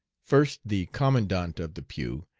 first the commandant of the pew,